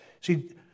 See